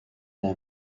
them